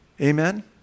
Amen